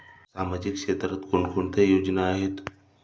सामाजिक क्षेत्रात कोणकोणत्या योजना आहेत?